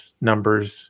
numbers